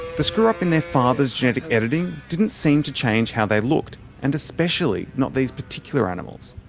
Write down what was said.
the screw-up in their father's genetic editing didn't seem to change how they looked and especially not these particular animals.